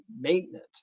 maintenance